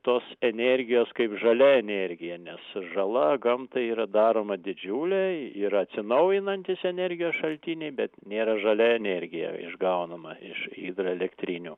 tos energijos kaip žalia energija nes žala gamtai yra daroma didžiulė yra atsinaujinantys energijos šaltiniai bet nėra žalia energija išgaunama iš hidroelektrinių